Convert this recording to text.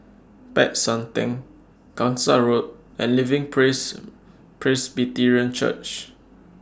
Peck San Theng Gangsa Road and Living Praise Praise Presbyterian Church